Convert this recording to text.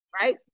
right